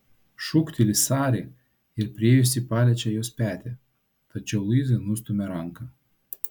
šūkteli sari ir priėjusi paliečia jos petį tačiau luiza nustumia ranką